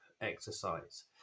exercise